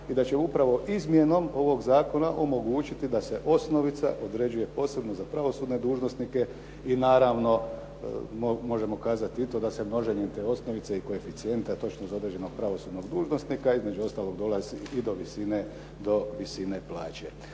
i da će upravo izmjenom ovog zakona omogućiti da se osnovica određuje posebno za pravosudne dužnosnike i naravno možemo kazati da se množenjem te osnovice i koeficijenta točno za određenog pravosudnog dužnosnika, između ostaloga dolazi i do visine plaće.